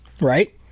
right